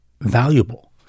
valuable